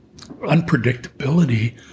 unpredictability